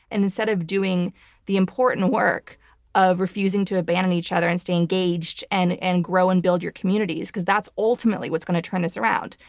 and instead of doing the important work of refusing to abandon each other and stay engaged and and grow and build your communities. because that's ultimately what's going to turn this around.